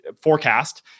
forecast